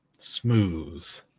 Smooth